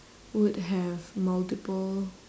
would have multiple